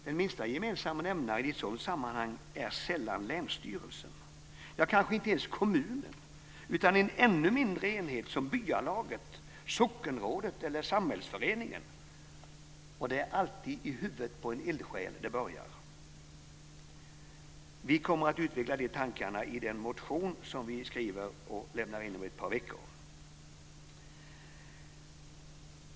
Den minsta gemensamma nämnaren i ett sådant sammanhang är sällan länsstyrelserna, ja kanske inte ens kommunen utan en ännu mindre enhet som byalaget, sockenrådet eller samhällsföreningen. Det är alltid i huvudet på en eldsjäl det börjar! Vi kommer att utveckla de tankarna i den motion vi ska väcka om ett par veckor.